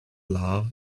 love